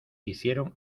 hicieron